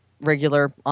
regular